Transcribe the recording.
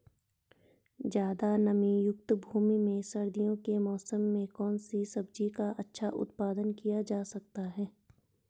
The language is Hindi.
ज़्यादा नमीयुक्त भूमि में सर्दियों के मौसम में कौन सी सब्जी का अच्छा उत्पादन किया जा सकता है?